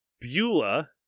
Beulah